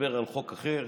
לדבר על חוק אחר